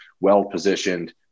well-positioned